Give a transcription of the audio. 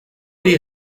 die